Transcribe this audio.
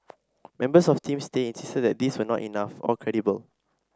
members of Team Stay insisted that these were not enough or credible